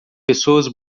pessoas